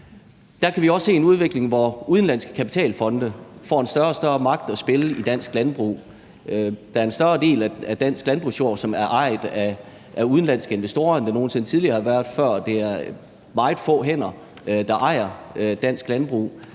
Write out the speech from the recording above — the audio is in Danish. Der kan vi også se en udvikling, hvor udenlandske kapitalfonde får en større og større rolle at spille i dansk landbrug. Der er en større del af dansk landbrugsjord, end der nogen sinde tidligere har været, som er ejet af udenlandske investorer, og det er meget få, der ejer dansk landbrug.